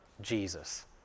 Jesus